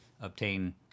obtain